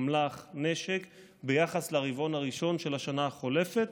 אמל"ח ונשק ביחס לרבעון הראשון של השנה החולפת,